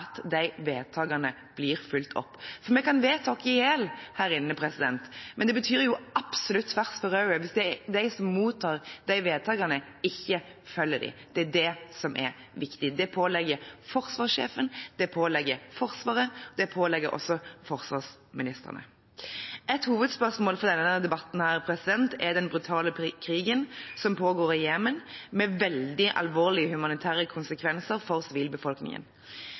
at de vedtakene blir fulgt opp. For vi kan vedta oss i hjel her inne, men det betyr absolutt «tvers fø raue» hvis de som mottar de vedtakene, ikke følger dem. Det er det som er viktig. Det påligger forsvarssjefen, det påligger Forsvaret, og det påligger også forsvarsministrene. Et hovedspørsmål for denne debatten er den brutale krigen som pågår i Jemen, med veldig alvorlige humanitære konsekvenser for sivilbefolkningen.